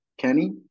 Kenny